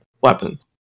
weapons